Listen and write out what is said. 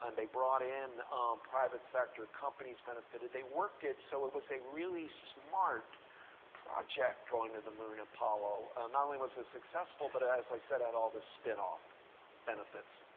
and they brought in private sector. companies benefited. they worked it so it was a really smart project, going to the moon, apollo. not only was it successful, but as i said, it had all the spin-off benefits.